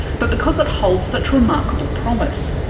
but because it holds such remarkable promise.